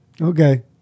Okay